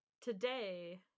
today